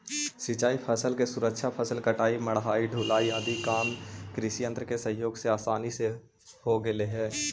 सिंचाई फसल के सुरक्षा, फसल कटाई, मढ़ाई, ढुलाई आदि काम कृषियन्त्र के सहयोग से आसान हो गेले हई